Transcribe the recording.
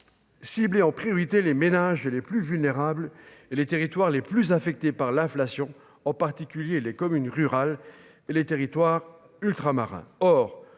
cibler en priorité les ménages les plus vulnérables et les territoires les plus affectées par l'inflation, en particulier les communes rurales et les territoires ultramarins,